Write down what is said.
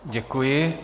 Děkuji.